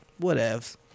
whatevs